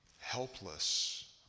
helpless